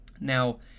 Now